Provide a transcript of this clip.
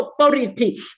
authority